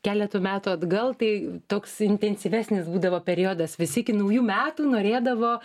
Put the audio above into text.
keletu metų atgal tai toks intensyvesnis būdavo periodas visi iki naujų metų norėdavo